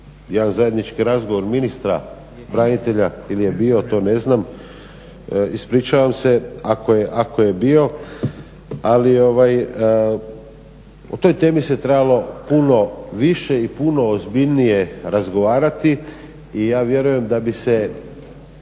jedan zajednički razgovor ministra branitelja ili je bio, a to ne znam. Ispričavam se ako je bio ali ovaj o toj temi se trebalo puno više i puno ozbiljnije razgovarati i ja vjerujem da bi se